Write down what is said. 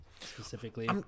specifically